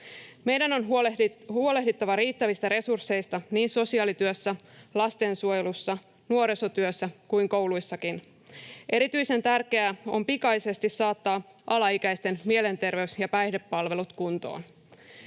Meidän on huolehdittava riittävistä resursseista niin sosiaalityössä, lastensuojelussa, nuorisotyössä kuin kouluissakin. Erityisen tärkeää on pikaisesti saattaa alaikäisten mielenterveys‑ ja päihdepalvelut kuntoon.